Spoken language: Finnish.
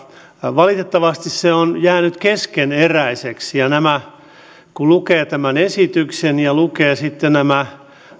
valitettavasti se on jäänyt keskeneräiseksi ja kun lukee tämän esityksen ja lukee sitten nämä